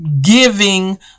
giving